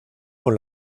con